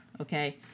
Okay